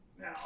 Now